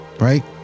right